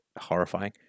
horrifying